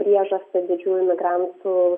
priežastį didžiųjų migrantų